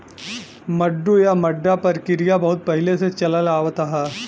मड्डू या मड्डा परकिरिया बहुत पहिले से चलल आवत ह